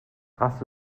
hast